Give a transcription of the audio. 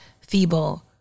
feeble